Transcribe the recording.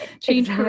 change